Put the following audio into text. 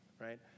right